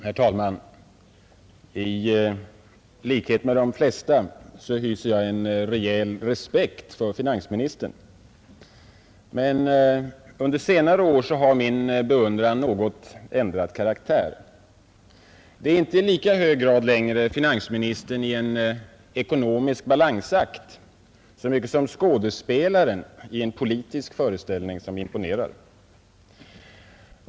Herr talman! I likhet med de flesta hyser jag en rejäl respekt för finansministern. Men under senare år har min beundran något ändrat karaktär. Det är inte längre i lika hög grad finansministern i en ekonomisk balansakt som skådespelaren i en politisk föreställning som imponerar.